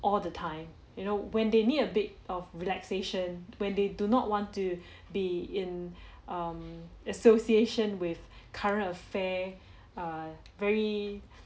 all the time you know when they need a bit of relaxation when they do not want to be in um association with current affair err very